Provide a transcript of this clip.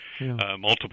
multiple